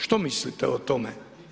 Što mislite o tome?